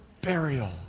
burial